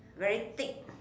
very thick